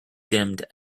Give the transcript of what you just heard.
dimmed